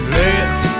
left